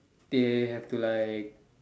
they have to like